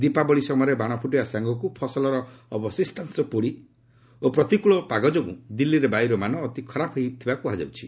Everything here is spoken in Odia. ଦୀପାବଳି ସମୟରେ ବାଣ ଫୁଟାଇବା ସାଙ୍ଗକୁ ଫସଲର ଅବଶିଷ୍ଟାଂଶ ପୋଡ଼ି ଓ ପ୍ରତିକୂଳ ପାଗ ଯୋଗୁଁ ଦିଲ୍ଲୀରେ ବାୟୁର ମାନ ଅତି ଖରାପ ହୋଇଥିବା କୁହାଯାଉଛି